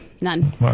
none